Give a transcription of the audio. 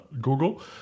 Google